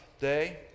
day